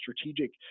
strategic